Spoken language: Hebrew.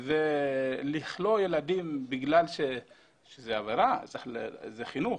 לכלוא ילדים בגלל שזו עבירה, זה חינוך.